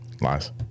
Lies